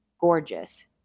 gorgeous